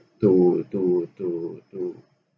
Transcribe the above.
to to to to